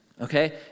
okay